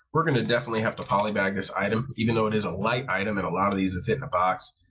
we're going to definitely have to poly bag this item even though it is a light item and a lot of these could fit in a box